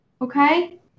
Okay